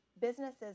businesses